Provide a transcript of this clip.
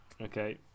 Okay